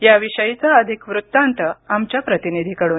याविषयीचा अधिक वृत्तांत आमच्या प्रतिनिधीकडून